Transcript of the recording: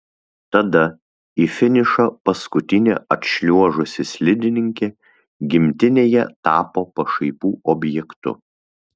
tada į finišą paskutinė atšliuožusi slidininkė gimtinėje tapo pašaipų objektu